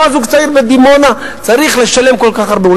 למה זוג צעיר בדימונה צריך לשלם כל כך הרבה?